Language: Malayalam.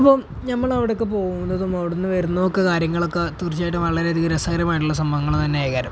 ഇപ്പം നമ്മള് അവിടെയൊക്കെ പോകുന്നതും അവിടെ നിന്ന് വരുന്നതുമൊക്കെ കാര്യങ്ങളുമൊക്കെ തീർച്ചയായിട്ടും വളരെയധികം രസകരമായിട്ടുള്ള സംഭവങ്ങള് തന്നെയാണ് കാര്യം